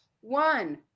One